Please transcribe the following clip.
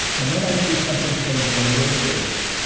and then i see something change on your face.